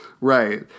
Right